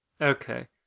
Okay